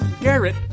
Garrett